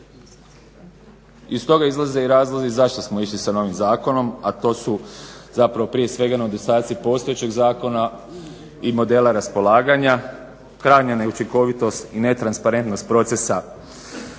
Iz toga izlaze i razlozi zašto smo išli sa novim zakonom, a to su zapravo prije svega nedostaci postojećeg zakona i modela raspolaganja, krajnja neučinkovitost i netransparentnost procesa